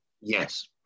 yes